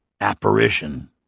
apparition